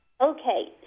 Okay